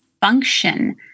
function